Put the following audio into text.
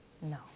No